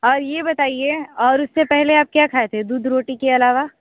और ये बताइए और उससे पहले आप क्या खाए थे दूध रोटी के अलावा